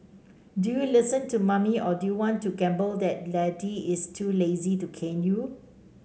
do you listen to mommy or do you want to gamble that daddy is too lazy to cane you